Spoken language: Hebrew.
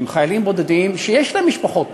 הם חיילים בודדים שיש להם משפחות בארץ,